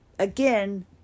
Again